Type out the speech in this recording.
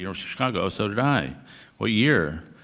you know chicago. so did i, what year?